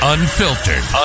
Unfiltered